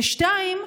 ו-2.